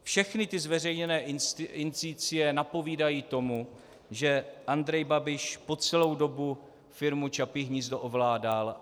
Všechny ty zveřejněné indicie napovídají tomu, že Andrej Babiš po celou dobu firmu Čapí hnízdo ovládal.